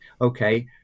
Okay